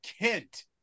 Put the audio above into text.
Kent